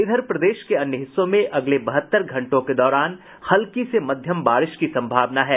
इधर प्रदेश के अन्य हिस्सों में अगले बहत्तर घंटों के दौरान हल्की से मध्यम बारिश की संभावना है